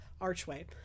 archway